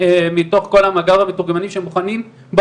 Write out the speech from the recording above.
מתוך כל מאגר המתורגמנים שמוכנים,